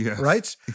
right